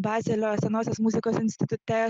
bazelio senosios muzikos institute